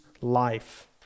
life